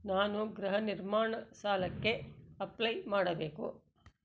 ನಾನು ಗೃಹ ನಿರ್ಮಾಣ ಸಾಲಕ್ಕೆ ಅಪ್ಲೈ ಮಾಡಬೇಕು